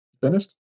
Finished